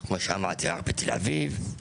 בתל אביב,